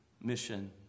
mission